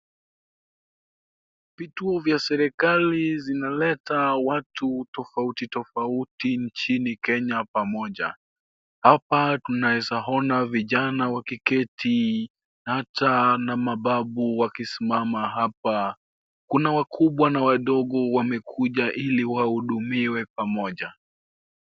Vituo vya serikali zinaleta watu tofauti tofauti nchini kenya pamoja. Hapa tunaeza ona vijana wakiketi na hata mababu wakisimama hapa. Kuna wakubwa na wadogo wamekuja ili wahudumiwe pamoja.